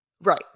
Right